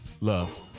love